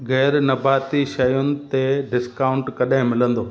ग़ैर नबाती शयुनि ते डिस्काउंट कॾहिं मिलंदो